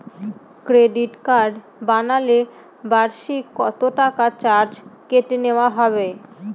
Credit card বানালে বার্ষিক কত টাকা চার্জ কেটে নেওয়া হবে?